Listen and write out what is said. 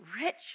Rich